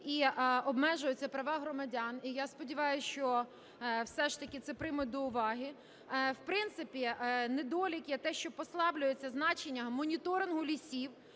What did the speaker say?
і обмежуються права громадян. І я сподіваюсь, що все ж таки це приймуть до уваги. В принципі, недолік є те, що послаблюється значення моніторингу лісів,